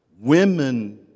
Women